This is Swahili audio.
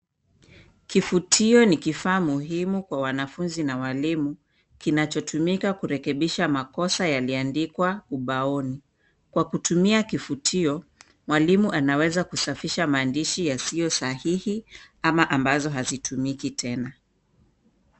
Kifudifudi ni kifaa muhimu na walimu kinachotumika Kufuta makosa ubaoni. Kwa kutumia kifutio mwalimu anaweza kusafisha maandishi yasiyo sahihi ama ambazo hazitumiki tena.